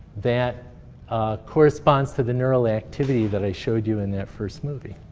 that corresponds to the neural activity that i showed you in that first movie.